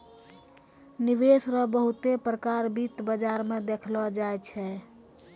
निवेश रो बहुते प्रकार वित्त बाजार मे देखलो जाय छै